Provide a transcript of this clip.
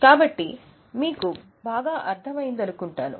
కాబట్టి మీకు బాగా అర్థమైంది అనుకుంటాను